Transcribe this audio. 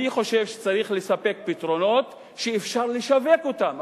אני חושב שצריך לספק פתרונות שאפשר לשווק אותם,